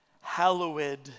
hallowed